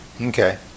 Okay